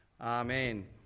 Amen